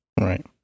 Right